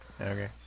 Okay